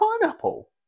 pineapple